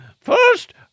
First